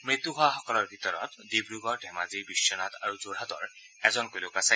মৃত্যু হোৱাসকলৰ ভিতৰত ডিব্ৰগড় ধেমাজি বিশ্বনাথ আৰু যোৰহাটৰ এজনকৈ লোক আছে